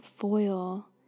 foil